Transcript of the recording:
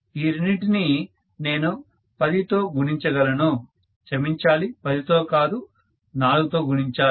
ఈ రెండింటినీ నేను 10 తో గుణించ గలను క్షమించాలి 10 తో కాదు 4 తో గుణించాలి